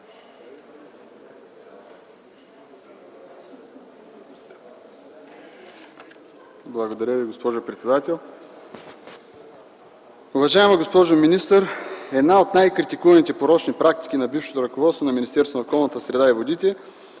Благодаря Ви, госпожо председател. Уважаема госпожо министър, една от най-критикуваните порочни практики на бившето ръководство на Министерството на околната среда и водите